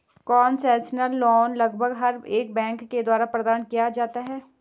concessional loan लगभग हर एक बैंक के द्वारा प्रदान किया जाता है